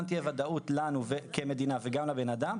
גם תהיה ודאות לנו כמדינה וגם לבן אדם,